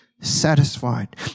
satisfied